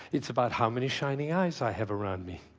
it's about how many shining eyes i have around me.